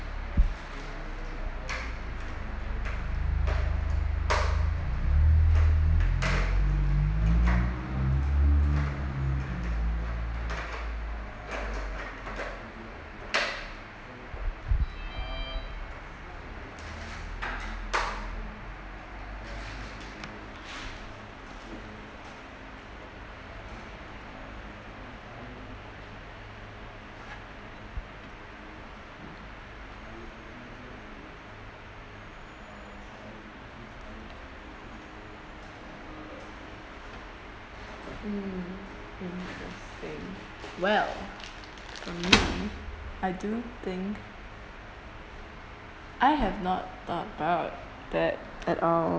mm interesting well amazing I do think I have not thought uh of that at all